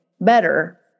better